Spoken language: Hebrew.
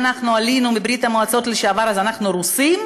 אם אנחנו עלינו מברית המועצות לשעבר אז אנחנו רוסים?